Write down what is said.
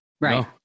Right